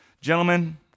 Gentlemen